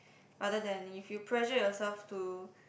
rather than if you pressure yourself to